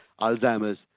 Alzheimer's